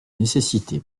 nécessité